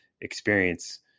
experience